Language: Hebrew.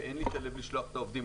ואין לי לב לשלוח את העובדים.